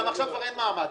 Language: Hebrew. גם עכשיו כבר אין מעמד,